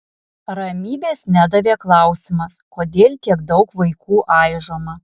ramybės nedavė klausimas kodėl tiek daug vaikų aižoma